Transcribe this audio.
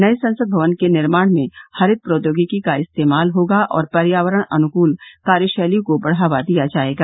नए संसद भवन के निर्माण में हरित प्रौद्योगिकी का इस्तेमाल होगा और पर्यावरण अनुकूल कार्यशैली को बढ़ावा दिया जाएगा